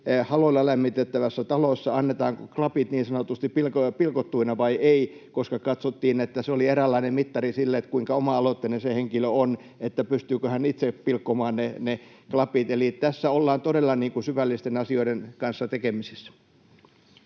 haloilla lämmitettävässä talossa klapit niin sanotusti pilkottuina vai ei, koska katsottiin, että se oli eräänlainen mittari sille, kuinka oma-aloitteinen se henkilö on, pystyykö hän itse pilkkomaan ne klapit. Eli tässä ollaan todella syvällisten asioiden kanssa tekemisissä.